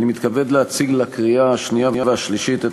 אני מתכבד להציג לקריאה שנייה ושלישית את